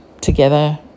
together